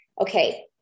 okay